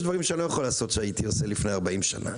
יש דברים שאני לא יכול לעשות שהייתי עושה לפני 40 שנה.